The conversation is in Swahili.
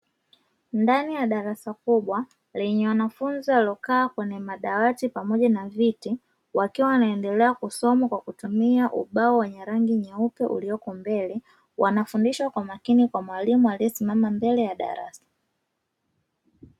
Ndani ya darasa kubwa lenye wanafunzi waliokaa kwenye madawati pamoja na viti, wakiwa wanaendelea kusoma kwa kutumia ubao wenye rangi nyeupe ulioko mbele, wanafundishwa kwa makini kwa mwalimu aliyesimama mbele ya darasa.